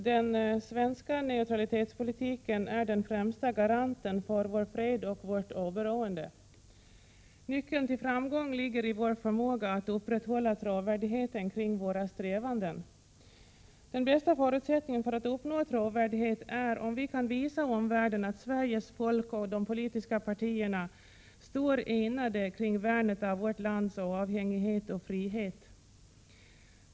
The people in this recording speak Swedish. Herr talman! Den svenska neutralitetspolitiken är den främsta garanten för vår fred och vårt oberoende. Nyckeln till framgång ligger i vår förmåga att upprätthålla trovärdigheten kring våra strävanden. Den bästa förutsättningen för att uppnå trovärdighet är om vi kan visa omvärlden att Sveriges folk och de politiska partierna står enade kring värnet av vårt lands oavhängighet och frihet.